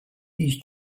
these